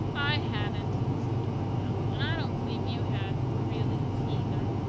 i hadn't, said dora flatly. and i don't believe you had really either,